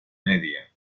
media